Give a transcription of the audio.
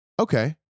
Okay